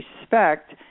respect